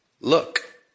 look